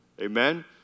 Amen